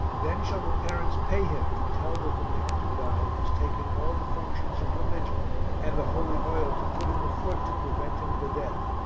then shall the parents pay him to tell that the man to die has taken all the functions of religion and the holy oil to put in the foot to prevent him the death.